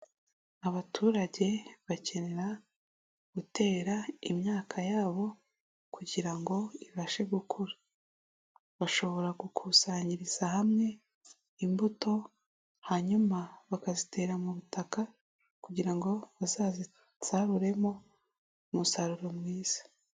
Abaturage bakenera gutera imyaka yabo kugira ngo ibashe gukura, bashobora gukusanyiriza hamwe imbuto hanyuma bakazitera mu butaka kugira ngo bazazisaruremo umusaruro mwiza.